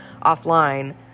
offline